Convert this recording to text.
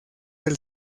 del